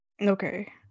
okay